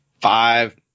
five